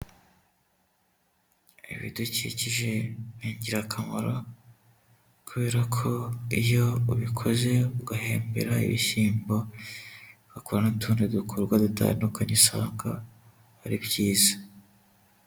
Ibidukikije ni ingirakamaro kubera ko iyo ubikoze ugahembera ibishyimbo, ugakora n'utundi dukorwa dutandukanye usanga ari byiza.